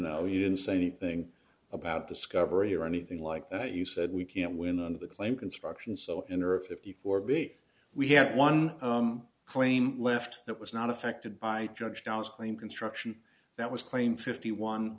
know you didn't say anything about discovery or anything like that you said we can't win on the claim construction so enter a fifty four bit we have one claim left that was not affected by judge dallas claim construction that was claim fifty one